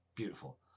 Beautiful